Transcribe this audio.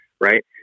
right